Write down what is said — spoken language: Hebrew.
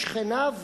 שכניו,